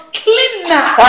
cleaner